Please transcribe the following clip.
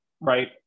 right